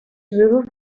ظروف